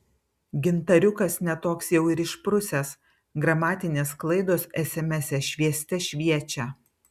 gintariukas ne toks jau ir išprusęs gramatinės klaidos esemese švieste šviečia